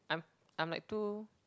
I'm I'm like too